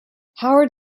howard